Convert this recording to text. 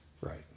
Right